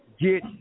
get